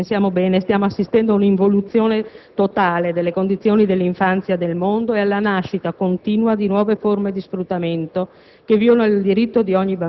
Perché oggi, se ci pensiamo bene, stiamo assistendo ad un'involuzione totale delle condizioni dell'infanzia nel mondo e alla nascita continua di nuove forme di sfruttamento